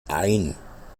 ein